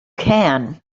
can